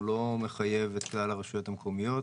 הוא לא מחייב את כלל הרשויות המקומיות,